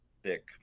thick